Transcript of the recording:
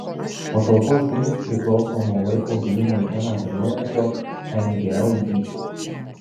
pašalpos dydis priklauso nuo vaiko gimimo dieną galiojančio mgl dydžio